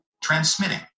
transmitting